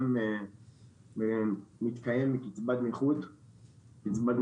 אני גם מתקיים מקצבת נכות מלאה.